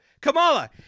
Kamala